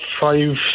five